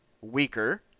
weaker